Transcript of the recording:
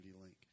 link